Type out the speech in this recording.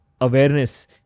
awareness